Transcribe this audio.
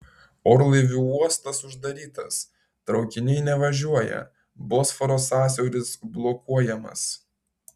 orlaivių uostas uždarytas traukiniai nevažiuoja bosforo sąsiauris blokuojamas